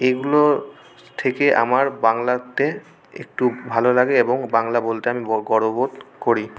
এইগুলো থেকে আমার বাংলাতে একটু ভালো লাগে এবং বাংলা বলতে আমি গর্ব বোধ করি